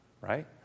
Right